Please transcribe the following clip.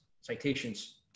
citations